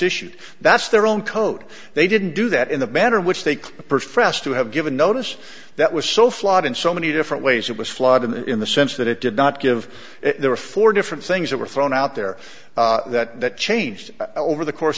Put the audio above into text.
issued that's their own code they didn't do that in the manner in which they claim to have given notice that was so flawed in so many different ways it was flawed in the sense that it did not give there were four different things that were thrown out there that that changed over the course